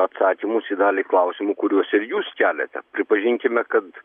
atsakymus į dalį klausimų kuriuos ir jūs keliate pripažinkime kad